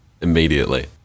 Immediately